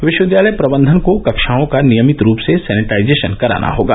विश्वविद्यालय प्रबंधन को कक्षाओं का नियमित रूप से सैनिटाइजेशन करना होगा